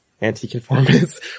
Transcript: anti-conformist